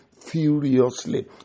furiously